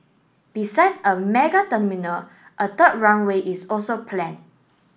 besides a mega terminal a third runway is also planned